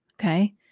Okay